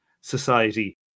society